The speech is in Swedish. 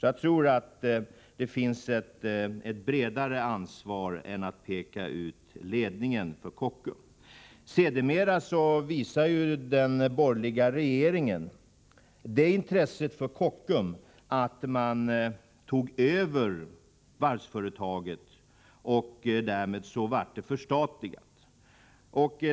Jag tror alltså att det finns ett bredare ansvar än enbart det som bärs av ledningen för Kockums. Sedermera visade den borgerliga regeringen det intresset för Kockums att den förstatligade varvsföretaget.